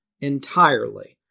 entirely